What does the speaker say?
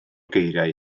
geiriau